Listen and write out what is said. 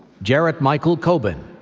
jarrett michael kobin,